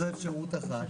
זו אפשרות אחת,